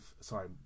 sorry